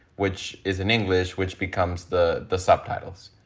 which is in english, which becomes the the subtitles.